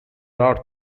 are